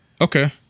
Okay